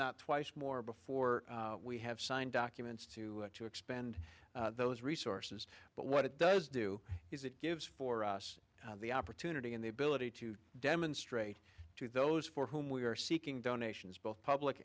not twice more before we have signed documents to expand those resources but what it does do is it gives for us the opportunity and the ability to demonstrate to those for whom we are seeking donations both public